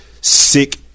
sick